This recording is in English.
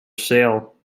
sale